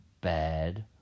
bad